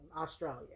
Australia